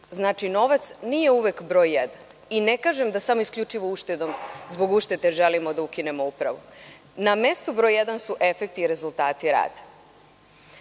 Znači, novac nije uvek broj jedan i ne kažem da samo isključivo zbog uštede želimo da ukinemo Upravu. Na mestu broj jedan su efekti i rezultati rada. Reći